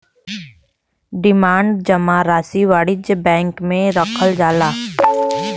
demand जमा राशी वाणिज्य बैंक मे रखल जाला